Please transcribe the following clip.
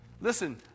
Listen